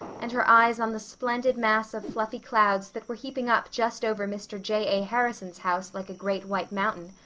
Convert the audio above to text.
and her eyes on the splendid mass of fluffy clouds that were heaping up just over mr. j. a. harrison's house like a great white mountain,